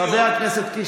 חבר הכנסת קיש,